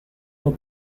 nur